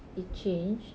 it change